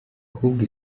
ahubwo